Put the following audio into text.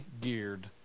geared